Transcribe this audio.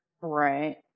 Right